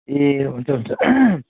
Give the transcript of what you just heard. ए हुन्छ हुन्छ